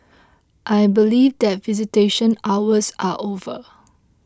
I believe that visitation hours are over